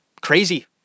crazy